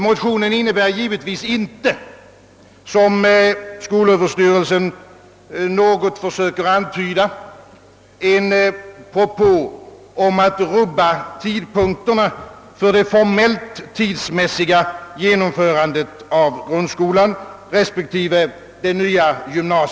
Motionen innebär givetvis inte — som skolöverstyrelsen i någon mån försöker antyda — en propå om att ändra tidpunkterna för det formellt tidsmässiga genomförandet av grundskolan respektive det nya gymnasiet.